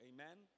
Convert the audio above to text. Amen